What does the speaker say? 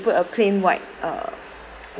put a plain white uh